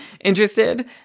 interested